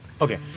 Okay